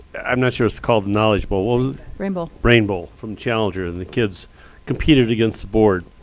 i'm not sure it's called knowledge bowl. brain bowl. brain bowl from challenger, and the kids competed against the board.